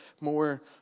more